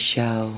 Show